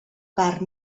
part